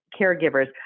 caregivers